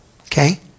okay